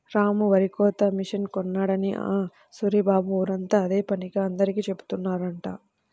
రాము వరికోత మిషన్ కొన్నాడని ఆ సూరిబాబు ఊరంతా అదే పనిగా అందరికీ జెబుతున్నాడంట